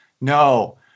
No